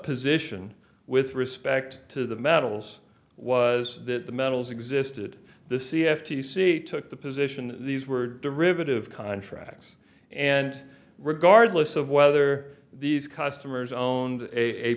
position with respect to the metals was that the metals existed the c f t c took the position these were derivative contracts and regardless of whether these customers own